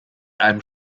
einem